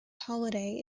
holliday